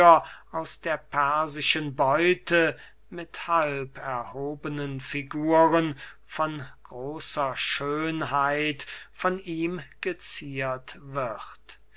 aus der persischen beute mit halberhobenen figuren von großer schönheit von ihm geziert wird